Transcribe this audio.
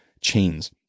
chains